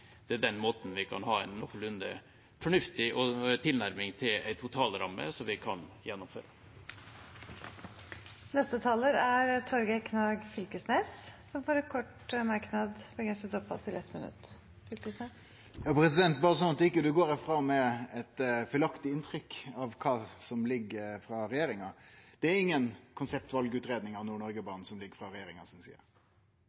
den måten vi kan ha en noenlunde fornuftig tilnærming til en totalramme vi kan gjennomføre. Representanten Torgeir Knag Fylkesnes har hatt ordet to ganger tidligere og får ordet til en kort merknad, begrenset til 1 minutt. Berre sånn at ein ikkje går herfrå med eit feilaktig inntrykk av kva som ligg føre frå regjeringa: Det er inga konseptvalutgreiing av